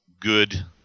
good